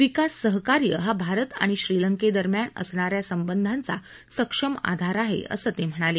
विकास सहकार्य हा भारत आणि श्रीलंके दरम्यान असणाऱ्या संबंधांचा सक्षम आधार आहे असं ते म्हणाले